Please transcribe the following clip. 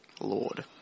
Lord